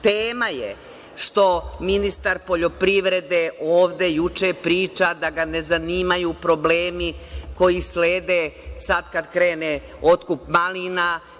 Tema je što ministar poljoprivrede ovde juče priča da ga ne zanimaju problemi koji slede sada kada krene otkup malina.